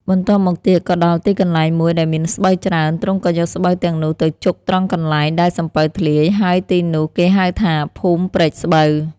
បន្ទាប់មកទៀត ក៏ដល់ទីកន្លែងមួយដែលមានស្បូវច្រើន ទ្រង់ក៏យកស្បូវទាំងនោះទៅជុកត្រង់កន្លែងដែលសំពៅធ្លាយ ហើយទីនោះគេហៅថា ភូមិព្រែកស្បូវ។